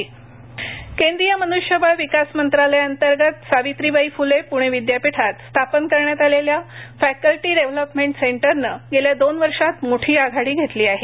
पणे विद्यापीठ केंद्रीय मनुष्यबळ विकास मंत्रालयांतर्गत सावित्रीबाई फुले पुणे विद्यापीठात स्थापन करण्यात आलेल्या फॅकल्टी डेव्हलपमेंट सेंटरने क्रिडीसी गेल्या दोन वर्षांत मोठी आघाडी घेतली आहे